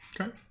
Okay